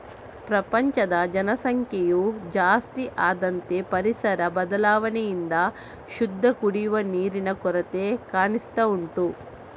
ಪ್ರಪಂಚದ ಜನಸಂಖ್ಯೆಯು ಜಾಸ್ತಿ ಆದಂತೆ ಪರಿಸರ ಬದಲಾವಣೆಯಿಂದ ಶುದ್ಧ ಕುಡಿಯುವ ನೀರಿನ ಕೊರತೆ ಕಾಣಿಸ್ತಾ ಉಂಟು